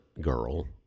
girl